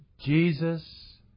Jesus